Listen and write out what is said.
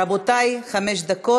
רבותי, חמש דקות.